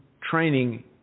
training